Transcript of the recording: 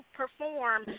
perform